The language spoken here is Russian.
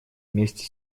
вместе